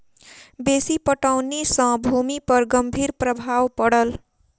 बेसी पटौनी सॅ भूमि पर गंभीर प्रभाव पड़ल